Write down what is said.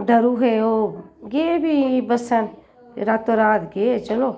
डरू हे ओह् गे फ्ही बस्सें रातो रात गे चलो